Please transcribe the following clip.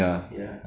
ya